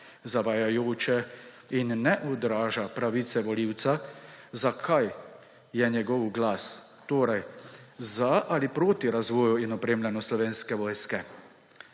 zavajajoče in ne odraža pravice volivca, zakaj je njegov glas, torej, za ali proti razvoju in opremljanju Slovenske vojske.